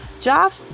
jobs